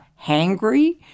hangry